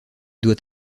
doit